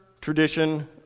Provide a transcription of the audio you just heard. tradition